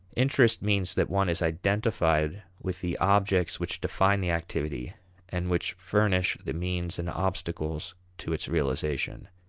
interest means that one is identified with the objects which define the activity and which furnish the means and obstacles to its realization.